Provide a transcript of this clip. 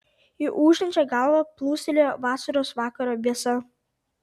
į ūžiančią galvą plūstelėjo vasaros vakaro vėsa